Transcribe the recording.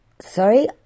sorry